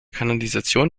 kanalisation